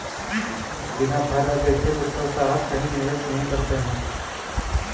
बिना फायदा देखे मित्तल साहब कहीं निवेश नहीं करते हैं